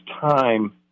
time